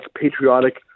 patriotic